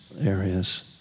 areas